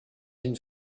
une